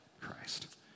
Christ